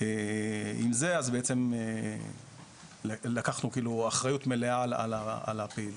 עם זה בעצם לקחנו אחריות מלאה על הפעילות.